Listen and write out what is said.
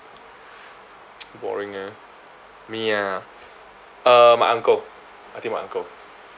boring eh me ah uh my uncle I think my uncle